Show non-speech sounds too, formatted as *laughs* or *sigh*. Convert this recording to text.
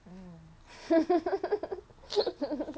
mm *laughs*